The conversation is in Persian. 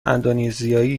اندونزیایی